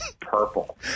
purple